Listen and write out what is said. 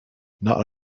not